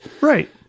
right